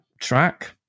track